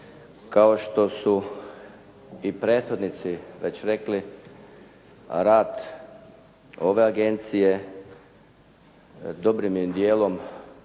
Kao što su i prethodnici već rekli rad ove agencije dobrim je dijelom,